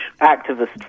activist